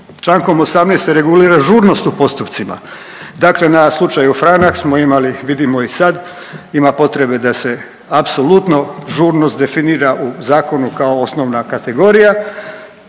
Čl. 18. se regulira žurnost u postupcima, dakle na slučaju Franak smo imali vidimo i sad ima potrebe da se apsolutno žurnost definira u zakonu kao osnovna kategorija